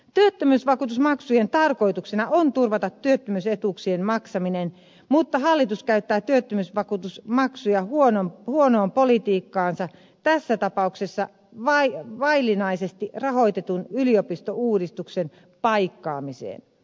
työttömyysvakuutusmaksujen tarkoituksena on turvata työttö myysetuuksien maksaminen mutta hallitus käyttää työttömyysvakuutusmaksuja huonoon politiikkaansa tässä tapauksessa vaillinaisesti rahoitetun yliopistouudistuksen paikkaamiseen